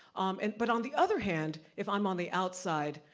and but on the other hand, if i'm on the outside,